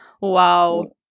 Wow